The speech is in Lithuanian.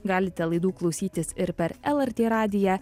galite laidų klausytis ir per lrt radiją